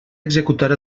executar